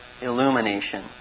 illumination